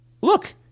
Look